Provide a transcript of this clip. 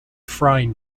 frying